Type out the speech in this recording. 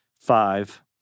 five